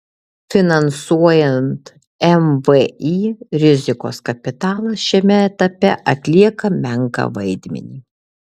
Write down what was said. finansuojant mvį rizikos kapitalas šiame etape atlieka menką vaidmenį